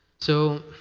so